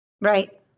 Right